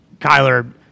Kyler –